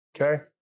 Okay